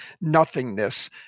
nothingness